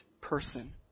person